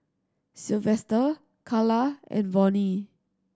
Silvester Calla and Vonnie